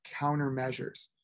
countermeasures